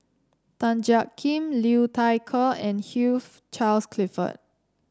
Tan Jiak Kim Liu Thai Ker and Hugh Charles Clifford